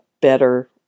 better